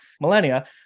millennia